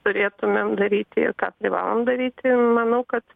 turėtumėm daryti ir ką privalom daryti manau kad